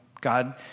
God